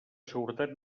seguretat